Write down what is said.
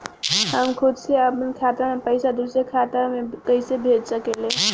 हम खुद से अपना खाता से पइसा दूसरा खाता में कइसे भेज सकी ले?